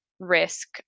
risk